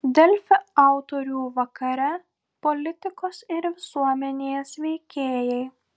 delfi autorių vakare politikos ir visuomenės veikėjai